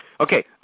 Okay